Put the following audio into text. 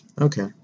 Okay